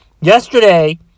yesterday